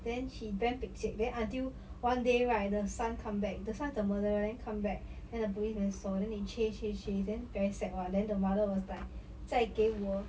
then she damn pekcek then until one day right the son comeback the son's the murderer then come back then the policeman saw then they chase chase chase then very sad [one] then the mother was like 再给我